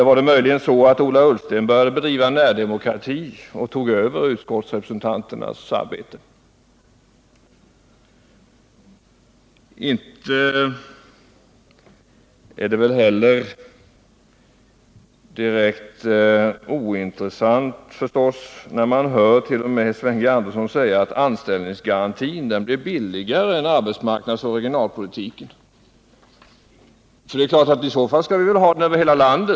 Var det möjligen så att Ola Ullsten började bedriva närdemokrati och tog över utskottsrepresentanternas arbete? Inte är det väl heller direkt ointressant när Sven G. Andersson säger att anställningsgarantin blir billigare än arbetsmarknadsoch regionalpolitiken. Om anställningsgarantin är billigare skall vi naturligtvis ha den över hela landet.